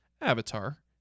Avatar